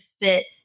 fit